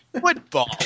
Football